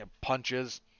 punches